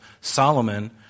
Solomon